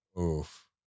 Oof